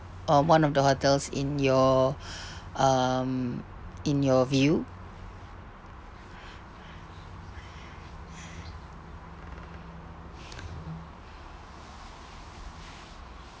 or one of the hotels in your um in your view